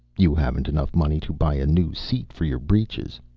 you haven't enough money to buy a new seat for your breeches.